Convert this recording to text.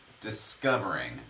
discovering